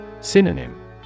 Synonym